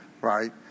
right